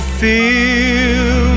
feel